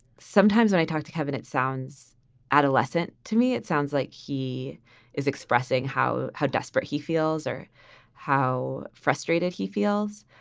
sometimes when i talked to kevin, it sounds adolescent to me, it sounds like he is expressing how how desperate he feels or how frustrated he feels.